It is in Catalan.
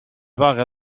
vaga